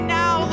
now